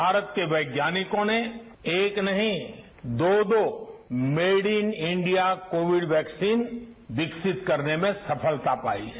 भारत के वैज्ञानिकों ने एक नहीं दो दो made in India Covid vaccine विकसित करने में सफलता पाई है